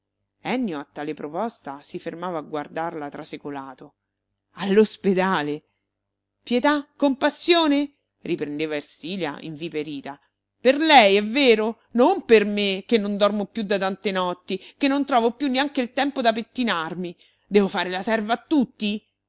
ennio a tale proposta si fermava a guardarla trasecolato all'ospedale pietà compassione riprendeva ersilia inviperita per lei è vero non per me che non dormo più da tante notti che non trovo più neanche il tempo da pettinarmi devo fare la serva a tutti